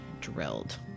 drilled